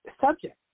subject